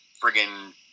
friggin